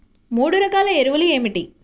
మూడు రకాల ఎరువులు ఏమిటి?